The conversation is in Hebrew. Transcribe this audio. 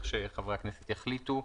כפי שחברי הכנסת יחליטו,